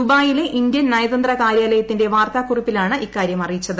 ദുബായിലെ ഇന്ത്യൻ നയതന്ത്ര കാര്യാലയത്തിന്റെ വാർത്താക്കുറിപ്പിലാണ് ഇക്കാര്യം അറിയിച്ചത്